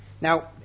Now